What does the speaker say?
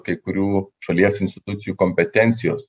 kai kurių šalies institucijų kompetencijos